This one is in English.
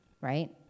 Right